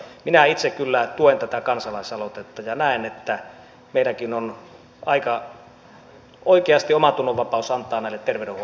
minä itse kyllä tuen tätä kansalaisaloitetta ja näen että meidänkin on aika oikeasti omantunnonvapaus antaa näille terveydenhuollon ammattilaisille